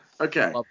Okay